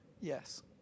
Yes